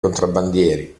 contrabbandieri